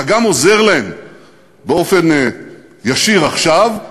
אתה גם עוזר להם באופן ישיר עכשיו,